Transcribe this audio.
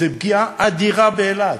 זאת פגיעה אדירה באילת,